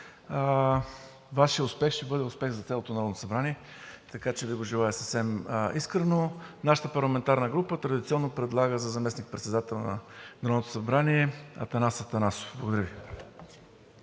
Вашият успех ще бъде успех за цялото Народно събрание, така че Ви го желая съвсем искрено! Нашата парламентарна група традиционно предлага за заместник-председател на Народното събрание Атанас Атанасов. Благодаря Ви.